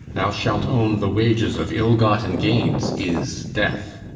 thou shalt own the wages of ill-gotten gains is death.